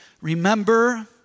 remember